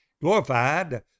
Glorified